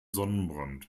sonnenbrand